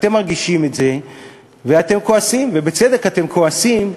אתם מרגישים את זה ואתם כועסים, ובצדק אתם כועסים.